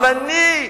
אבל אני,